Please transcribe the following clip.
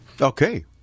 Okay